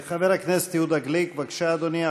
חבר הכנסת יהודה גליק, בבקשה, אדוני.